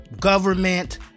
government